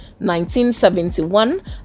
1971